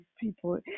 people